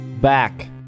Back